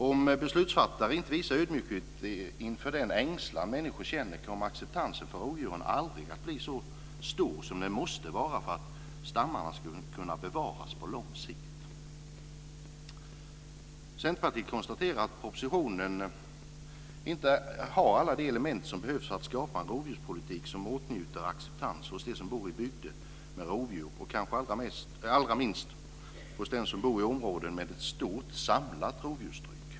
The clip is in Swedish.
Om beslutsfattare inte visar ödmjukhet inför den ängslan som människor känner kommer acceptansen för rovdjuren aldrig att blir så stor som den måste vara för att stammarna ska kunna bevaras på lång sikt. Centerpartiet konstaterar att propositionen inte har alla de element som behövs för att man ska kunna skapa en rovdjurspolitik som åtnjuter acceptans som bor i bygder där det finns rovdjur och kanske allra minst hos dem som bor i områden med ett stort, samlat rovdjurstryck.